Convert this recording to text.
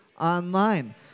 online